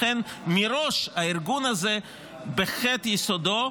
לכן מראש הארגון הזה בחטא יסודו,